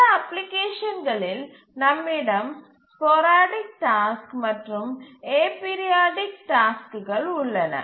பல அப்ளிகேஷன்களில் நம்மிடம் ஸ்போரடிக் டாஸ்க் மற்றும் அபீரியோடிக் டாஸ்க்குகள் உள்ளன